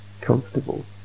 comfortable